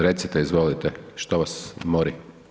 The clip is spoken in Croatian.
Recite, izvolite, što vas mori?